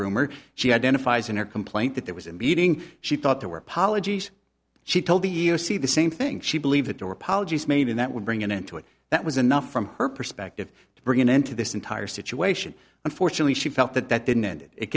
rumor she identifies in her complaint that there was a meeting she thought there were apologies she told the e e o c the same thing she believed it or apologies made and that would bring an end to it that was enough from her perspective to bring an end to this entire situation unfortunately she felt that that didn't end it it